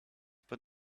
put